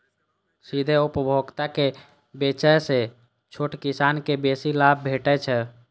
सीधे उपभोक्ता के बेचय सं छोट किसान कें बेसी लाभ भेटै छै